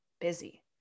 busy